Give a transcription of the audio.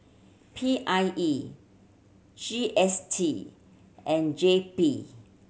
P I E G S T and J P